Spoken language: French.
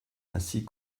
ainsi